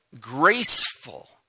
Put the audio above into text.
graceful